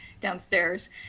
downstairs